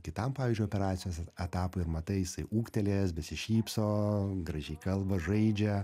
kitam pavyzdžiui operacijos etapui ir matai jisai ūgtelėjęs besišypso gražiai kalba žaidžia